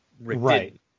Right